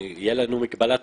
תהיה לנו מגבלה תקציבית.